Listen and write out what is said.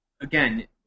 again